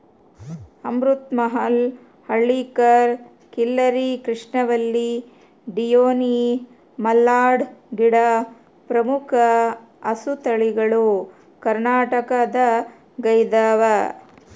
ಅಮೃತ ಮಹಲ್ ಹಳ್ಳಿಕಾರ್ ಖಿಲ್ಲರಿ ಕೃಷ್ಣವಲ್ಲಿ ಡಿಯೋನಿ ಮಲ್ನಾಡ್ ಗಿಡ್ಡ ಪ್ರಮುಖ ಹಸುತಳಿಗಳು ಕರ್ನಾಟಕದಗೈದವ